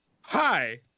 hi